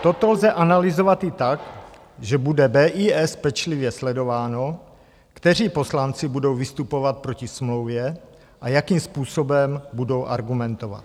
Toto lze analyzovat i tak, že bude BIS pečlivě sledováno, kteří poslanci budou vystupovat proti smlouvě a jakým způsobem budou argumentovat.